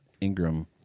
Ingram